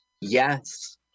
Yes